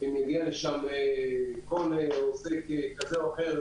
אם מגיע לשם --- כזה או אחר,